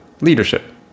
leadership